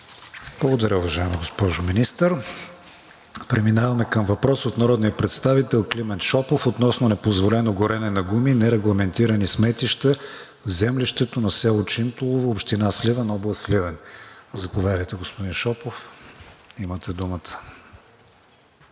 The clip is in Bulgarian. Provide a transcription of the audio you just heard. Благодаря Ви. ПРЕДСЕДАТЕЛ КРИСТИАН ВИГЕНИН: Преминаваме към въпрос от народния представител Климент Шопов относно непозволено горене на гуми и нерегламентирани сметища в землището на село Чинтулово, община Сливен, област Сливен. Заповядайте, господин Шопов, имате думата.